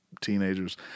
teenagers